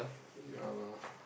ya lah